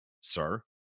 sir